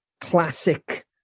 classic